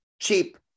cheap